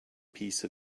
piece